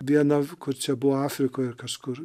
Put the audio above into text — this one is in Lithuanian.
viena kur čia buvo afrikoj ar kažkur